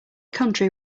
country